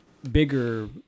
bigger